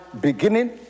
beginning